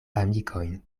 amikojn